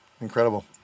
Incredible